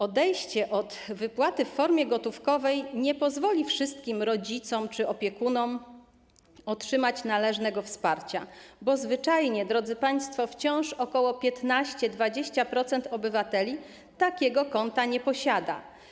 Odejście od wypłaty w formie gotówkowej nie pozwoli wszystkim rodzicom czy opiekunom otrzymać należnego wsparcia, bo zwyczajnie, drodzy państwo, wciąż około 15–20% obywateli takiego konta nie posiada.